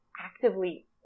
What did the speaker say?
actively